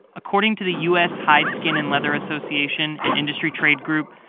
according to the u s. hide, skin and leather association, an industry trade group,